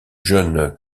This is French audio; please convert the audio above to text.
jeune